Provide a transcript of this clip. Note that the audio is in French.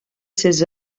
ses